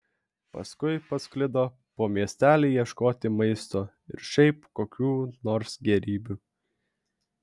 paskui pasklido po miestelį ieškoti maisto ir šiaip kokių nors gėrybių